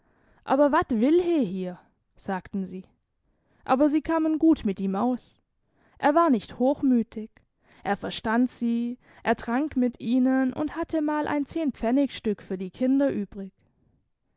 aber wat will he hier sagten sie aber sie kamen gut mit ihm aus er war nicht hochmütig er verstand sie er trank mit ihnen und hatte mal ein zehnpfennigstück für die kinder übrig